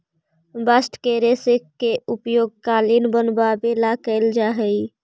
bast के रेश के उपयोग कालीन बनवावे ला कैल जा हई